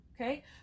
Okay